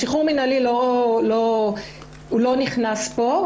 שחרור מינהלי לא נכנס כאן.